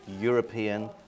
European